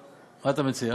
מה אתה מציע?